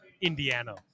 Indiana